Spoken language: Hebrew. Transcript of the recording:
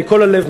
מכל הלב,